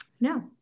no